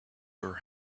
her